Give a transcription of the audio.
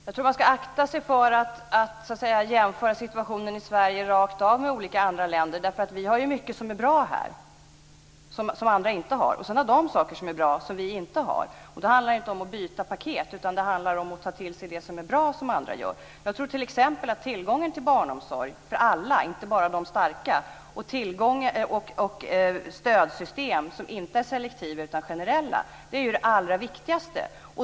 Fru talman! Man ska akta sig för att jämföra situationen i Sverige rakt av med situationen i andra länder. Vi har mycket som är bra här som andra inte har, och sedan har de saker som är bra som vi inte har. Det handlar inte om att byta paket utan om att ta till sig det som är bra som andra gör. Jag tror t.ex. att barnomsorg för alla, inte bara för de starka, och stödsystem som inte är selektiva utan generella är det allra viktigaste.